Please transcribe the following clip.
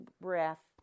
breath